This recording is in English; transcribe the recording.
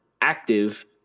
active